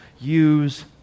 Use